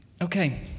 Okay